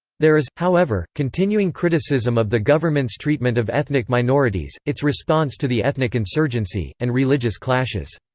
there is, however, continuing criticism of the government's treatment of ethnic minorities, its response to the ethnic insurgency, and religious clashes.